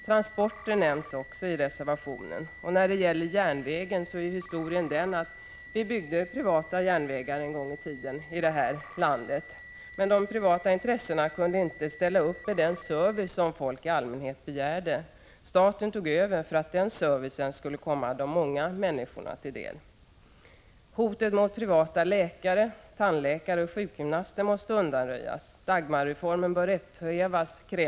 Transporter nämns också i reservationen. Beträffande järnvägen är historien den att vi byggde privata järnvägar en gång i tiden i det här landet. Men de privata intressena kunde inte ställa upp med den service som allmänheten begärde. Staten tog över för att den servicen skulle komma de många människorna till del. Vidare krävs i reservationen att hotet mot privata läkare, tandläkare och sjukgymnaster måste undanröjas och att Dagmarreformen måste upphävas.